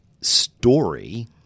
story